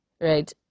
right